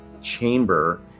chamber